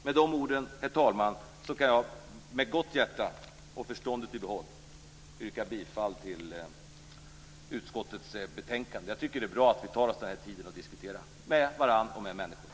Med de orden, herr talman, kan jag med gott hjärta, och med förståndet i behåll, yrka bifall till hemställan i utskottets betänkande. Jag tycker att det är bra att vi tar oss den här tiden att diskutera med varandra och med andra människor.